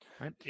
right